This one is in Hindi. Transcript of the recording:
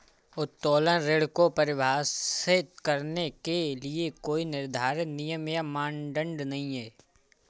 उत्तोलन ऋण को परिभाषित करने के लिए कोई निर्धारित नियम या मानदंड नहीं है